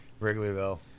Wrigleyville